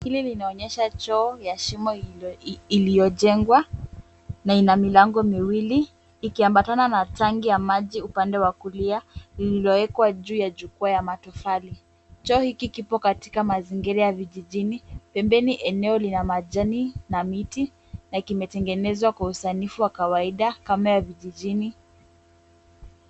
Hili linaonyesha choo ya shimo, iliyojengwa, na ina milango miwili, ikiambatana na tanki ya maji upande ya kulia, lililoekwa juu ya jukwa ya matofali. Choo hiki kipo katika mazingira ya vijijini. Pembeni, eneo lina majani na miti, na kimetengenezwa kwa usanifu wa kawaida, kama wa vijijini.